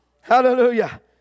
Hallelujah